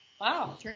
Wow